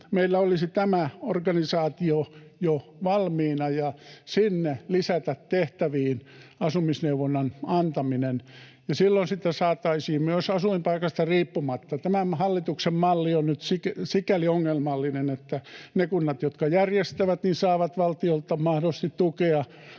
Meillä olisi tämä organisaatio jo valmiina sinne lisätä tehtäviin asumisneuvonnan antaminen, ja silloin sitä saataisiin myös asuinpaikasta riippumatta. Tämän hallituksen malli on nyt sikäli ongelmallinen, että ne kunnat, jotka järjestävät, saavat valtiolta mahdollisesti tukea